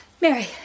Mary